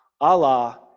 Allah